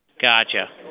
Gotcha